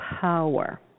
power